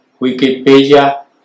Wikipedia